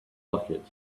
market